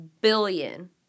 billion